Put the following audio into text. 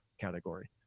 category